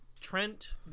Trent